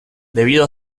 debido